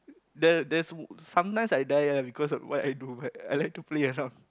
there there's sometimes I die ah because of what I do but I like to play around